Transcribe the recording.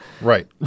Right